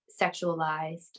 sexualized